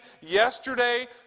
yesterday